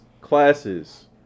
classes